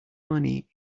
money